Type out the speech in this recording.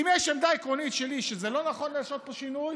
אם יש עמדה עקרונית שלי שזה לא נכון לעשות פה שינוי,